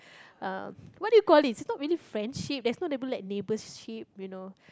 uh what do you call this it's not really friendship there's no label like neighbours ship you know